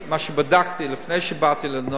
מה שבדקתי לפני שבאתי לענות.